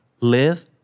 live